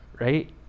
right